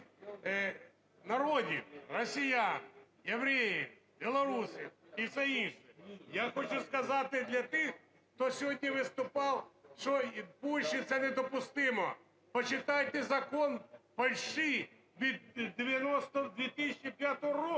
народів: росіян, євреїв, білорусів і всіх інших. Я хочу сказати для тих, хто сьогодні виступав, що в Польщі це не допустимо. Почитайте Закон Польщі від дев'яносто…